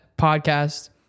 podcast